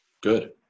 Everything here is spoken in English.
good